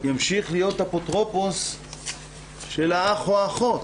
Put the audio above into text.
ימשיך להיות אפוטרופוס של האח או האחות?